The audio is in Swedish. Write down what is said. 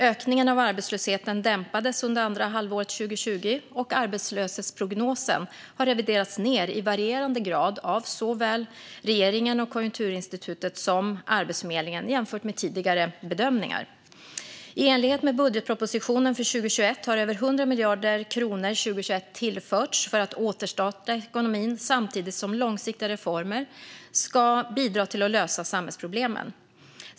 Ökningen av arbetslösheten dämpades under andra halvåret 2020, och arbetslöshetsprognosen har reviderats ned i varierande grad av såväl regeringen och Konjunkturinstitutet som Arbetsförmedlingen jämfört med tidigare bedömningar. I enlighet med budgetpropositionen för 2021 har över 100 miljarder kronor tillförts 2021 för att återstarta ekonomin, samtidigt som långsiktiga reformer ska bidra till att lösa samhällsproblemen.